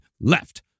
LEFT